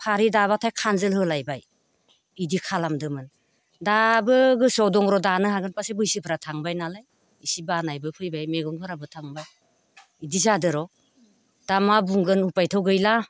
फारै दाबाथाय खानजोल होलायबाय बिदि खालामदोंमोन दाबो गोसोआव दं र' दानो हागोन बासो बैसोफ्रा थांबाय नालाय इसे बानायबो फैबाय मेगनफोराबो थांबाय इदि जादोर' दा मा बुंगोन उपायथ' गैला